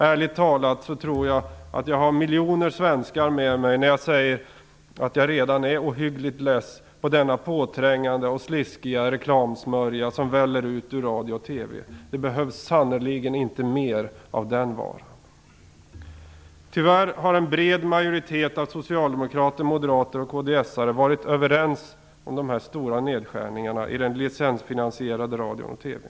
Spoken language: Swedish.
Ärligt talat tror jag att jag har miljoner svenskar med mig när jag säger att jag redan är ohyggligt less på denna påträngande och sliskiga reklamsmörja som väller ut ur radio och TV. Det behövs sannerligen inte mer av den varan. Tyvärr har en bred majoritet av socialdemokrater, moderater och kds-are varit överens om de här stora nedskärningarna i den licensfinansierade radion och TV:n.